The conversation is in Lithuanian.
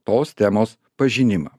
tos temos pažinimą